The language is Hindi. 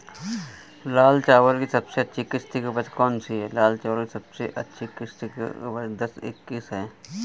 लाल चावल की सबसे अच्छी किश्त की उपज कौन सी है?